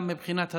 גם מבחינת הדעות,